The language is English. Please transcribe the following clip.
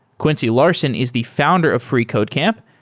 quincy larson is the founder of freecodecamp,